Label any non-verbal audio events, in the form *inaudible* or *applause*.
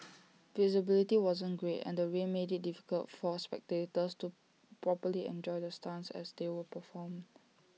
*noise* visibility wasn't great and the rain made IT difficult for spectators to properly enjoy the stunts as they were performed